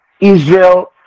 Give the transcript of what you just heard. Israel